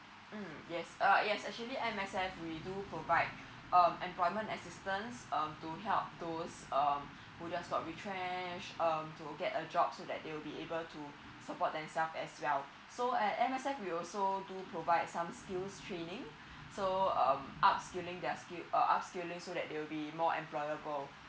mm yes uh yes actually M_S_F we do provide um employment assistance um to help those um who just got retrenched um to get a job so that they will be able to support themselves as well so at M_S_F we also do provide some skills training so um upscaling their skill uh upscaling so they will be more employable